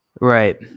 Right